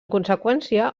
conseqüència